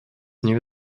near